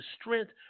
Strength